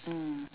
mm